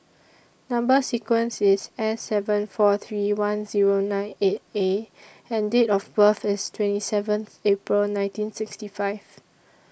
Number sequence IS S seven four three one Zero nine eight A and Date of birth IS twenty seventh April nineteen sixty five